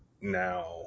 now